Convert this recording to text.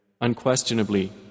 unquestionably